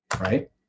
right